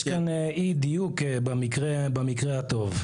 יש כאן אי דיוק במקרה הטוב.